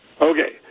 Okay